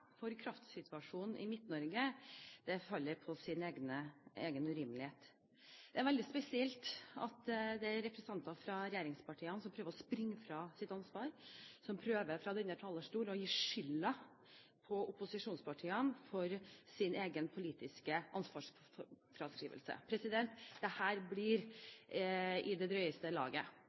for kraftsituasjonen i Midt-Norge faller på sin egen urimelighet. Det er veldig spesielt at det er representanter fra regjeringspartiene som prøver å springe fra sitt ansvar, og som fra denne talerstolen prøver å gi opposisjonspartiene skylden for sin egen politiske ansvarsfraskrivelse. Dette blir i drøyeste laget.